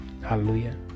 Hallelujah